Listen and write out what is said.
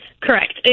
Correct